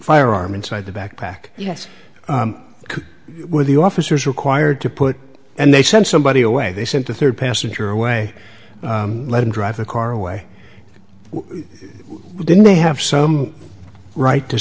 firearm inside the backpack yes when the officers required to put and they sent somebody away they sent the third passenger away let him drive the car away didn't they have some right to